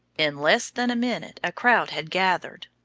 in less than a minute a crowd had gathered.